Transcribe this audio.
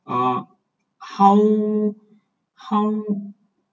uh how how